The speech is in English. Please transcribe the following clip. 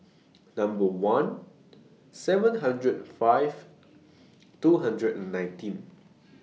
Number one seven hundred five two hundred and nineteen